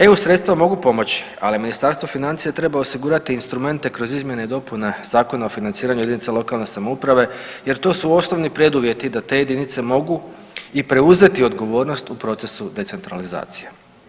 EU sredstva mogu pomoći, ali Ministarstvo financija treba osigurati instrumente kroz izmjene i dopune Zakona o financiranju jedinica lokalne samouprave jer to su osnovni preduvjeti da te jedinice mogu i preuzeti odgovornost u procesu decentralizacije.